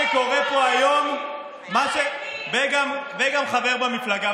הגיעה עזרה מיידית, וגם חבר במפלגה.